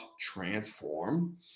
transform